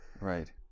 Right